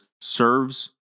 serves